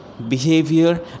behavior